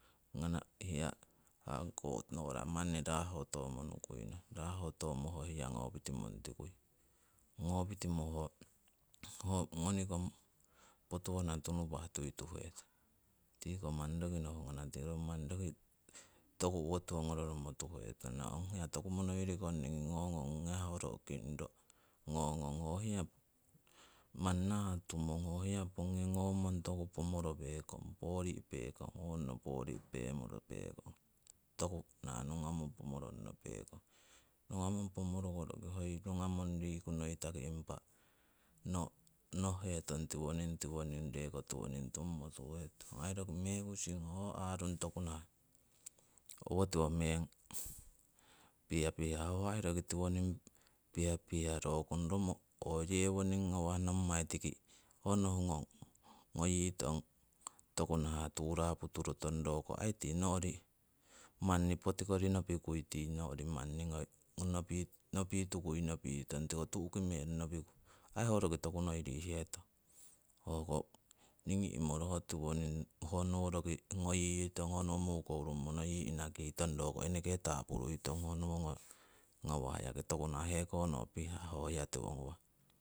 Ngana hiya hanko no'ra manni rahotomo nukuina, raa'hotomo ho hiya ngopitimo nutikui, ngopitimo ho ngonikong putuwana tunupah tuituhetong tiko manni roki nohungana ro toku owotiwo ngoro romotuituhetana, ong hiya ho ro kingroh ngo ngong. Ho hiya pongi ngomong toku pomoro pekong, poori' pekong, toku nahah nungamong pomoron'o pekong. Nunga mong pomoroko roki hoi nunga mong pomoroko roki hoi nunga mong noitaki noh hetong tiwoning, reko tiwoning. Ho aii roki mekusing ho aii arung toku nahah owotiwo pihah meng roko ho nommai ho nohungong toku nahah turapo turo tong roko aii tii no'ri, tiko tu'ki meng nopiku aii ho roki tokunoi rihetong. Hoko ningii imoro ho tiwoning honowo roki ngoyitong, hono mukouri tongi inakitong, hoko eneke tapuruitong, toku nahah heko no pihah ho hiya tiwo ngawah.